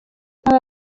aba